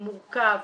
מורכב,